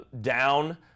Down